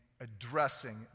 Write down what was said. addressing